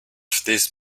this